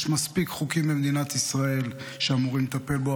יש מספיק חוקים במדינת ישראל שאמורים לטפל בו.